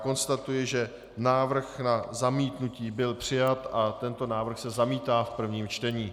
Konstatuji, že návrh na zamítnutí byl přijat a tento návrh se zamítá v prvém čtení.